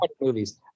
movies